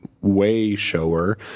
way-shower